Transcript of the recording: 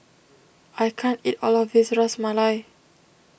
I can't eat all of this Ras Malai